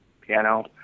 piano